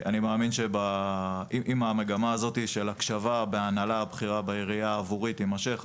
אני מאמין שאם המגמה הזו של הקשבה בהנהלה הבכירה בעירייה עבורי תימשך,